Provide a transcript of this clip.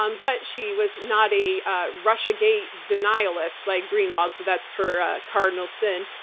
um but she was not a russiagate denialist like greenwald. so that's her ah cardinal sin.